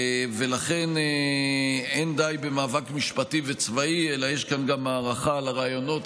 ולכן אין די במאבק משפטי וצבאי אלא יש כאן גם מערכה על הרעיונות,